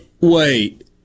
Wait